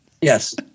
Yes